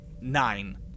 Nine